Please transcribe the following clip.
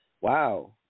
Wow